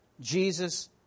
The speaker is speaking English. Jesus